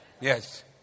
Yes